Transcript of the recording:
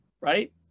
right